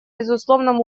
безусловном